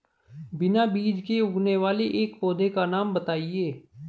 बिना बीज के उगने वाले एक पौधे का नाम बताइए